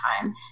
time